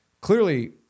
Clearly